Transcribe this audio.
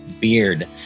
Beard